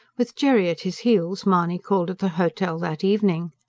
with jerry at his heels, mahony called at the hotel that evening.